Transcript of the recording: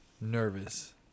Nervous